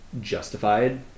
justified